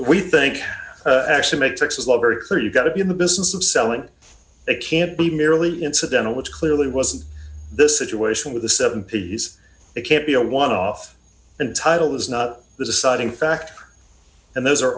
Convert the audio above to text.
we think actually make texas law very clear you've got to be in the business of selling it can't be merely incidental which clearly wasn't the situation with the seventy's it can't be a one off and title was not the deciding factor and those are